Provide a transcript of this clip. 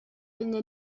venne